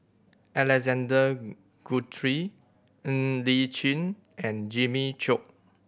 Alexander Guthrie Ng Li Chin and Jimmy Chok